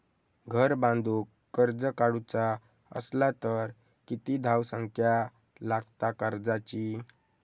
घर बांधूक कर्ज काढूचा असला तर किती धावसंख्या लागता कर्जाची?